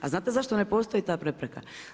A znate zašto ne postoji ta prepreka?